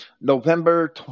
November